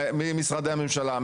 ממשרדי הממשלה,